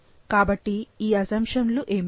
కాబట్టి ఈ అసంషన్లు ఏమిటి